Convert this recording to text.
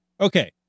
Okay